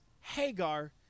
Hagar